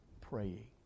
praying